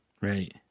Right